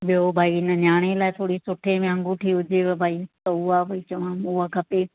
ॿियों भाई हिन नयाणीअ लाइ थोरी सुठे में अंगूठी हुजेव भाई त हूअ भाई चवा हूअ खपे